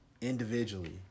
individually